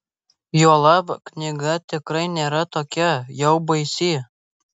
juolab knyga tikrai nėra tokia jau baisi